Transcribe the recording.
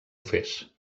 fes